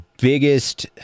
biggest